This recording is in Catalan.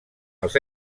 els